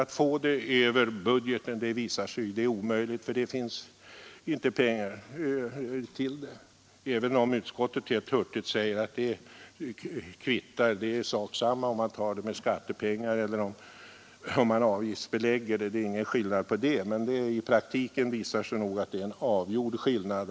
Att få pengar över budgeten har visat sig vara omöjligt, för det finns aldrig några medel till detta. Även om utskottet helt hurtigt säger att det är sak samma, om man tar skattepengar eller om man avgiftsbelägger, så visar det sig nog i praktiken att det är en avgjord skillnad.